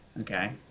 Okay